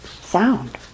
sound